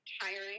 tiring